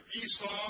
Esau